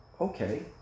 okay